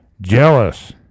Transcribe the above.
jealous